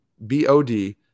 b-o-d